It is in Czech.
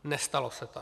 Nestalo se tak.